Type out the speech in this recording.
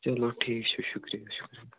چلو ٹھیٖک چھُ شُکریہِ شُکریہِ